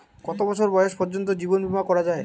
কত বছর বয়স পর্জন্ত জীবন বিমা করা য়ায়?